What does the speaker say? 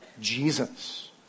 Jesus